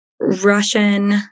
Russian